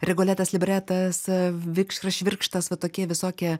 rigoletas libretas vikšrą švirkštas va tokie visokie